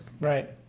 Right